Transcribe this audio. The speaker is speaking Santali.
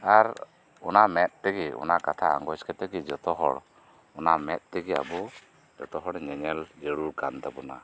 ᱟᱨ ᱚᱱᱟ ᱢᱮᱫ ᱛᱮᱜᱮ ᱚᱱᱟ ᱠᱟᱛᱷᱟ ᱟᱸᱜᱚᱡ ᱠᱟᱛᱮᱫ ᱜᱮ ᱡᱚᱛᱚ ᱦᱚᱲ ᱚᱱᱟ ᱢᱮᱫ ᱛᱮᱜᱮ ᱟᱵᱚ ᱡᱚᱛᱚ ᱦᱚᱲ ᱧᱮ ᱧᱮᱞ ᱡᱟᱹᱨᱩᱲ ᱠᱟᱱ ᱛᱟᱵᱚᱱᱟ